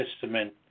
Testament